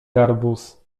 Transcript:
garbus